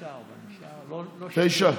תשעה?